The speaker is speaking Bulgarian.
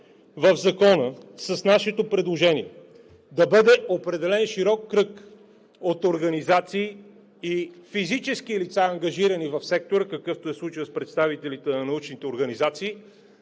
настояваме с нашето предложение в Закона да бъде определен широк кръг от организации и физически лица, ангажирани в сектора, какъвто е случаят с представителите на научните организации,